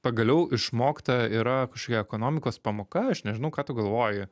pagaliau išmokta yra kažkokia ekonomikos pamoka aš nežinau ką tu galvoji